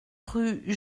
rue